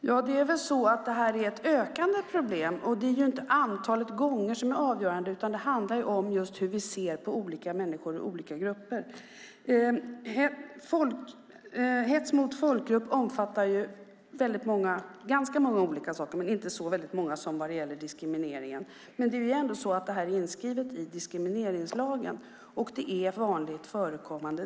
Herr talman! Det är ett ökande problem. Det är inte antalet gånger som är avgörande. Det handlar om hur vi ser på olika människor och olika grupper. Hets mot folkgrupp omfattar ganska många olika saker, men inte lika många som diskriminering. Det är ändå inskrivet i diskrimineringslagen och det är vanligt förekommande.